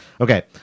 okay